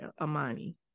Amani